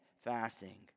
fasting